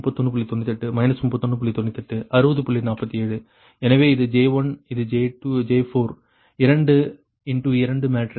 47 எனவே இது J1 இது J4 2 இன்டு 2 மேட்ரிக்ஸ்